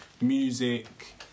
music